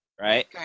right